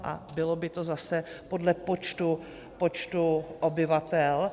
A bylo by to zase podle počtu obyvatel.